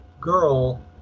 girl